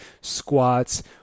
squats